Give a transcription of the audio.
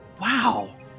Wow